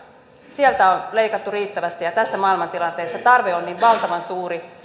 sieltä on leikattu riittävästi ja tässä maailmantilanteessa tarve on niin valtavan suuri